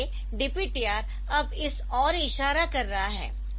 इसलिए DPTR अब इस ओर इशारा कर रहा है